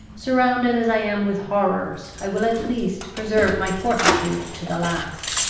surrounded as i am with horrors, i will at least preserve my fortitude to the last.